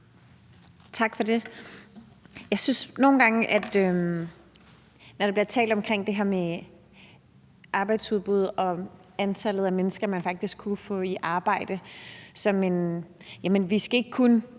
Tak for det. Jeg synes nogle gange, at der, når der bliver talt om det her med arbejdsudbud og antallet af mennesker, man faktisk kunne få i arbejde, snakkes om, at vi ikke kun